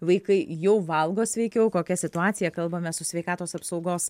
vaikai jau valgo sveikiau kokia situacija kalbame su sveikatos apsaugos